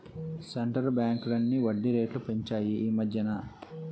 centre బ్యాంకులన్నీ వడ్డీ రేట్లు పెంచాయి ఈమధ్యన